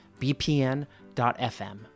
bpn.fm